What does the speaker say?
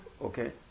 Okay